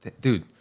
Dude